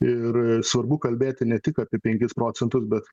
ir svarbu kalbėti ne tik apie penkis procentus bet